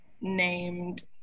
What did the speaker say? named